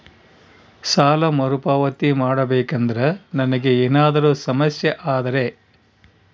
ಸಾಲ ಮರುಪಾವತಿ ಮಾಡಬೇಕಂದ್ರ ನನಗೆ ಏನಾದರೂ ಸಮಸ್ಯೆ ಆದರೆ?